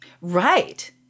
Right